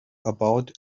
about